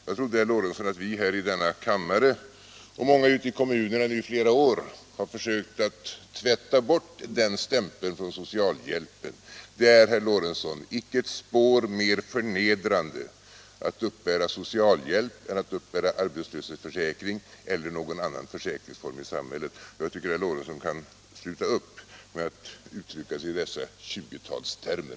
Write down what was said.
Jag trodde, herr Lorentzon, att vi i denna kammare och ute i kommunerna under flera år hade försökt tvätta bort den stämpeln från socialhjälpen. Det är, herr Lorentzon, inte ett spår mer förnedrande att uppbära socialhjälp än att uppbära arbetslöshetsförsäkring eller utnyttja någon annan försäkringsform i samhället. Jag tycker att herr Lorentzon skall sluta med att uttrycka sig i dessa 1920-talstermer.